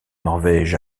norvège